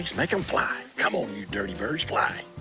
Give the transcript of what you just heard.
make em fly. come on, you dirty birds, fly.